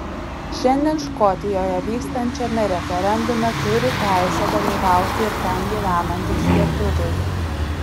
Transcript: šiandien škotijoje vykstančiame referendume turi teisę dalyvauti ir ten gyvenantys lietuviai